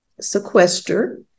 sequester